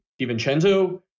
DiVincenzo